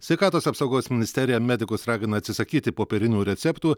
sveikatos apsaugos ministerija medikus ragina atsisakyti popierinių receptų